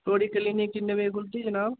थुआढ़ी क्लिनिक किन्ने बजे खुलदी जनाब